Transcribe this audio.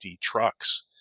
trucks